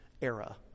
era